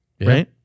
right